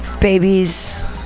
babies